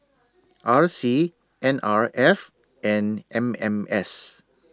R C N R F and M M S